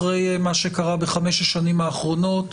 אחרי מה שקרה בחמש השנים האחרונות,